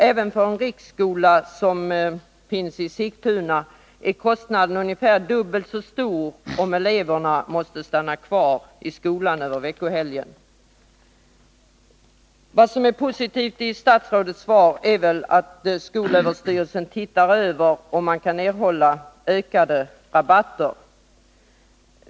Även för en riksskola som den i Sigtuna blir kostnaden ungefär dubbelt så hög om eleverna måste stanna kvar på skolan över veckohelgen. Vad som är positivt i statsrådets svar är att det sägs att skolöverstyrelsen undersöker möjligheterna att erhålla ökade rabatter.